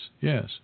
yes